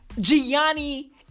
Gianni